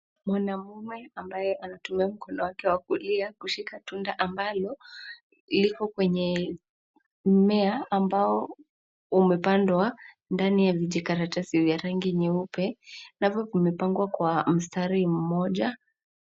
Mwanaume ambaye anatumia mkono wake wa kulia kushika tunda ambalo liko kwenye mmea ambao umepandwa ndani ya vijikaratasi vya rangi nyeupe, navyo vimepangwa kwa msatri mmoja.